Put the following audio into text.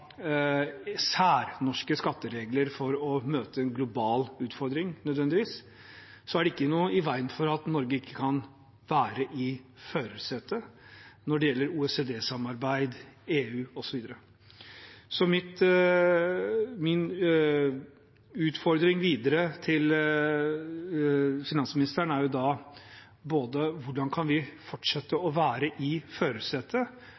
skatteregler for å møte en global utfordring, nødvendigvis, er det ikke noe i veien for at Norge ikke kan være i førersetet når det gjelder OECD-samarbeid, EU osv. Så min utfordring videre til finansministeren er da både hvordan vi kan fortsette å være i førersetet,